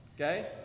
Okay